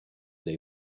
they